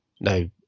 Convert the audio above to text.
no